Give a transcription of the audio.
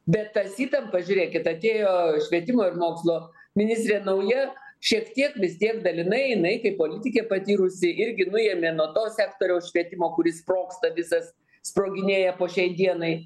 bet tas įtampa žiūrėkit atėjo švietimo ir mokslo ministrė nauja šiek tiek vis tiek dalinai jinai kaip politikė patyrusi irgi nuėmė nuo to sektoriaus švietimo kuris sprogsta visas sproginėja po šiai dienai